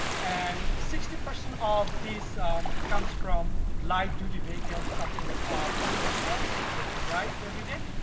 and sixty percent of this comes from light-weight vehicles, such as passenger cars that we drive everyday.